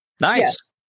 Nice